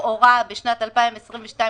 לכאורה בשנת 2022,